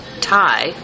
Thai